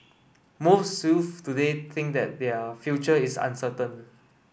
most youths today think that their future is uncertain